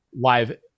live